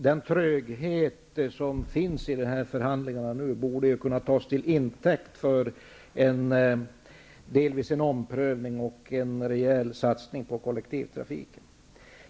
Den tröghet som nu finns i förhandlingarna borde kunna tas som intäkt för en omprövning och en rejäl satsning på kollektivtrafiken.